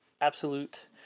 absolute